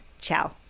ciao